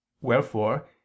Wherefore